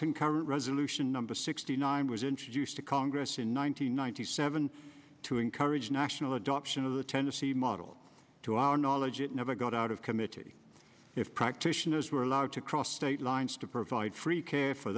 concurrent resolution number sixty nine was introduced to congress in one nine hundred ninety seven to encourage national adoption of the tennessee model to our knowledge it never got out of committee if practitioners were allowed to cross state lines to provide free care for